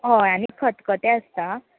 हय आनी खतखतें आसता